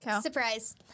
Surprise